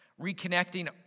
reconnecting